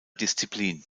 disziplin